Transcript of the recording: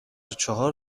چهار